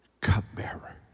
cupbearer